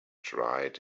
dried